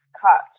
cut